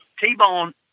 T-Bone